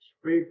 speak